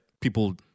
people